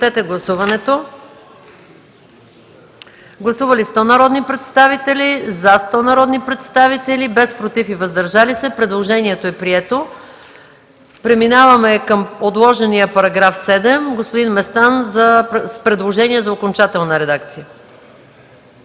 предложение за окончателна редакция.